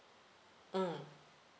mm